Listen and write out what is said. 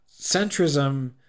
centrism